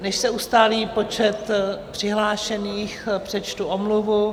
Než se ustálí počet přihlášených, přečtu omluvu.